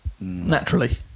Naturally